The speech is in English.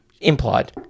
implied